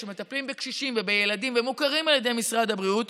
שמטפלים בקשישים ובילדים ומוכרים על ידי משרד הבריאות,